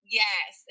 yes